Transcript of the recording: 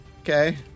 okay